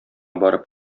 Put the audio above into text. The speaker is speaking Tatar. барып